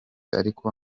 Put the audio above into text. ariko